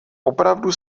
opravdu